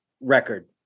record